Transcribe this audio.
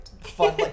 fun